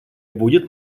будет